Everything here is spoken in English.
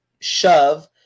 shove